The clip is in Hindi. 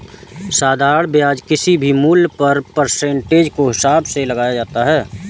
साधारण ब्याज किसी भी मूल्य पर परसेंटेज के हिसाब से लगाया जाता है